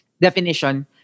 definition